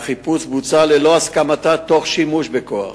והחיפוש בוצע ללא הסכמתה תוך שימוש בכוח,